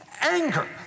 anger